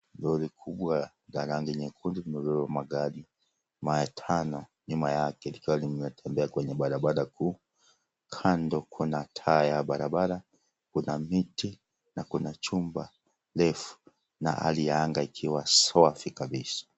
Lori kumbwa la rangi nyekundu limebeba magari matano nyuma yake likiwa linatembea kwenye barabara kuu. Kando kuna taa ya barabara, kuna miti na kuna chumba refu na hali ya anga ikiwa swafi kabisa.